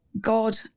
God